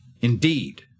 Indeed